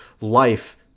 life